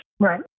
Right